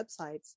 websites